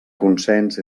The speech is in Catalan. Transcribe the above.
consens